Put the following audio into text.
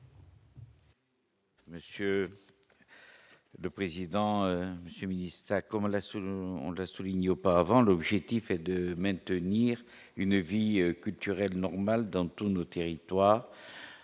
Monsieur le président Monsieur ministère comment la on l'a souligné auparavant, l'objectif est de maintenir une vie culturelle normale dans tous nos territoires